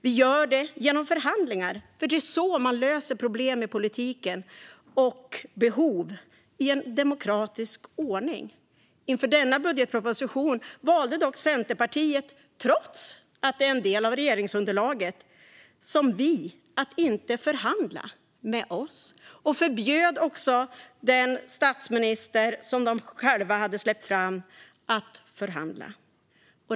Vi gör det genom förhandlingar, för det är så man löser problem i politiken och tillgodoser behov i demokratisk ordning. Inför denna budgetproposition valde dock Centerpartiet, trots att det som vi är en del av regeringsunderlaget, att inte förhandla med oss och förbjöd också den statsminister som man själv släppt fram att förhandla.